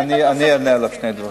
אני אענה לך שני דברים.